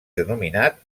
denominat